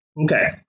Okay